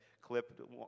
clip